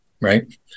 right